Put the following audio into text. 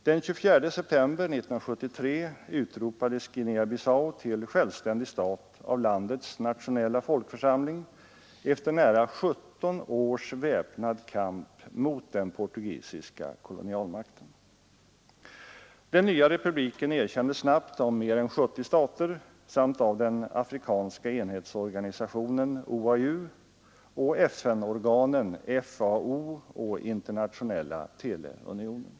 Den 24 september 1973 utropades Guinea-Bissau till självständig stat av landets nationella folkförsamling efter nära 17 års väpnad kamp mot den portugisiska kolonialmakten. Den nya republiken Nr 43 erkändes snabbt av mer än 70 stater samt av den afrikanska enhetsorgani Onsdagen den sationen OAU och FN-organen FAO och Internationella teleunionen.